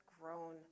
grown